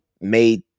made